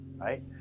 Right